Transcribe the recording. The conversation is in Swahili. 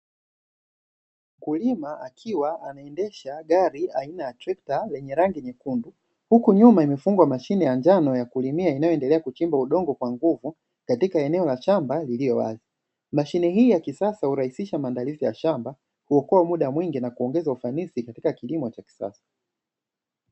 Mkulima akiwa anaendesha gari aina Trekta lenye rangi nyekundu, huku nyuma imefungwa mashine ya kulimia.